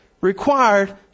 required